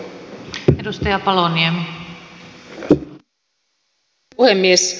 arvoisa puhemies